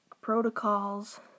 protocols